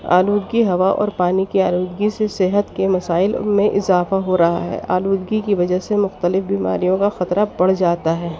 آلودگی ہوا اور پانی کی آلودگی سے صحت کے مسائل میں اضافہ ہو رہا ہے آلودگی کی وجہ سے مختلف بیماریوں کا خطرہ بڑھ جاتا ہے